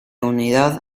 unidad